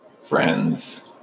friends